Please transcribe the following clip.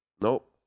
Nope